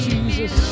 Jesus